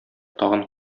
тагын